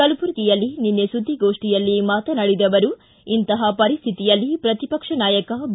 ಕಲಬುರಗಿಯಲ್ಲಿ ನಿನ್ನೆ ಸುದ್ದಿಗೋಷ್ಠಿಯಲ್ಲಿ ಮಾತನಾಡಿದ ಅವರು ಇಂತಹ ಪರಿಸ್ಠಿತಿಯಲ್ಲಿ ಪ್ರತಿಪಕ್ಷ ನಾಯಕ ಬಿ